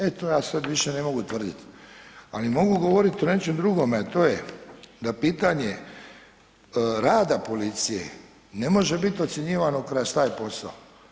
E to ja sada više ne mogu tvrditi ali mogu govoriti o nečem drugome a to je da pitanje rada policije ne može biti ocjenjivano kroz taj posao.